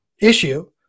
issue